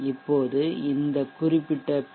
இப்போது இந்த குறிப்பிட்ட பி